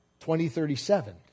2037